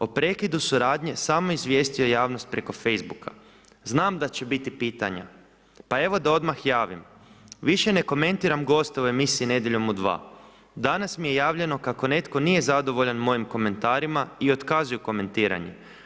O prekidu suradnje samo je izvijestio javnost preko facebooka: „Znam da će biti pitanja, pa evo da odmah javim, više ne komentiram goste u emisiji Nedjeljom u 2, danas mi je javljeno kako netko nije zadovoljan mojim komentarima i otkazuju komentiranje.